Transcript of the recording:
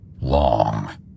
long